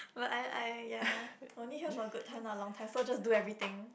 but I I ya only here for a good time not a long so just do everything